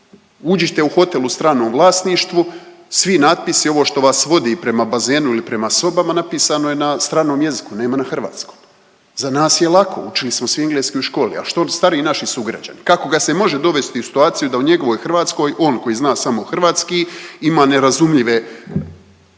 Uđite u hotel u stranom vlasništvu, svi natpisi ovo što vas vodi prema bazenu ili prema sobama napisano je na stranom jeziku, nema na hrvatskom. Za nas je lako učili smo svi engleski u školi, a što stariji naši sugrađani? Kako ga se može dovesti u situaciju da u njegovoj Hrvatskoj on koji zna samo hrvatski ima nerazumljive